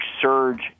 surge